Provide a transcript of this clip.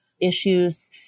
issues